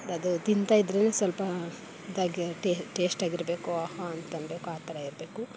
ಅದು ತಿಂತಾ ಇದ್ದರೇನೆ ಸ್ವಲ್ಪ ಟೇಸ್ಟಿಯಾಗಿರಬೇಕು ಆಹಾ ಅಂತನ್ನಬೇಕು ಆ ಥರ ಇರಬೇಕು